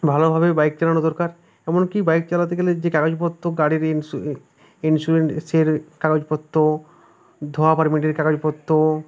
ভালোভাবে বাইক চালানো দরকার এমন কি বাইক চালাতে গেলে যে কাগজপত্র গাড়ির ইন্সু ইন্সুরেন্সের কাগজপত্র ধোঁয়া পারমিটের কাগজপত্র